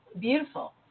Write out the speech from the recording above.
beautiful